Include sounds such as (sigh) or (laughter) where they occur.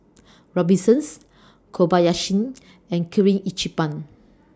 (noise) Robinsons Kobayashi (noise) and Kirin Ichiban